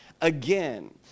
Again